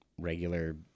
Regular